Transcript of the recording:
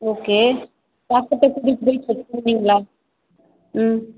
okay ஹாஸ்பிட்டலுக்கு கூட்டி போய் செக் பண்ணிங்களா ம்